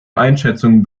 einschätzungen